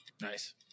Nice